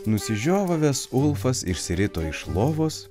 nusižiovavęs ulfas išsirito iš lovos